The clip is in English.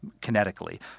kinetically